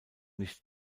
nicht